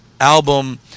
album